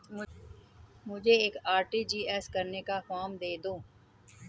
मुझे एक आर.टी.जी.एस करने का फारम दे दो?